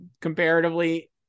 comparatively